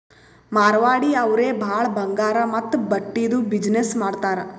ಮಾರ್ವಾಡಿ ಅವ್ರೆ ಭಾಳ ಬಂಗಾರ್ ಮತ್ತ ಬಟ್ಟಿದು ಬಿಸಿನ್ನೆಸ್ ಮಾಡ್ತಾರ್